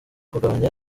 kugabanya